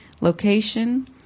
location